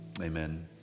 amen